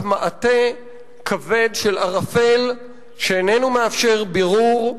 מעטה כבד של ערפל שאיננו מאפשר בירור,